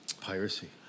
Piracy